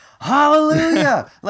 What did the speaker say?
hallelujah